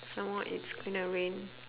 some more it's gonna rain